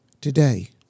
today